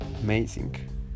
amazing